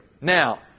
Now